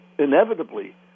inevitably